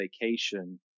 vacation